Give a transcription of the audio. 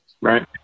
Right